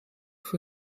für